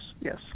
yes